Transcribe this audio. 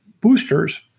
boosters